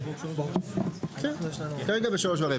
--- כן, כרגע ב-15:15.